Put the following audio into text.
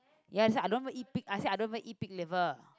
ya I said I don't even eat pig I don't even eat pig liver